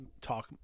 talk